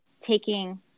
taking